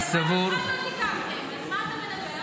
הרי דבר אחד לא תיקנתם, אז מה אתה מדבר?